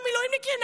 למילואימניקים,